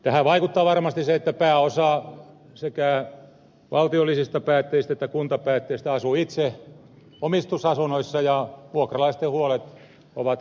tähän vaikuttaa varmasti se että pääosa sekä valtiollisista päättäjistä että kuntapäättäjistä asuu itse omistusasunnoissa ja vuokralaisten huolet ovat kaukaisia